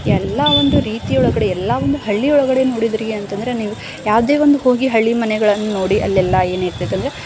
ಎಲ್ಲಾ ಒಂದು ರೀತಿಯ ಒಳಗಡೆ ಎಲ್ಲಾ ಒಂದು ಹಳ್ಳಿ ಒಳಗಡೆ ನೋಡಿದ್ರಿ ಅಂತಂದ್ರೆ ನೀವು ಯಾವುದೇ ಒಂದು ಹೋಗಿ ಹಳ್ಳಿ ಮನೆಗಳನ್ನ ನೋಡಿ ಅಲ್ಲೆಲ್ಲ ಏನಿರ್ತೈತೆ ಅಂದರೆ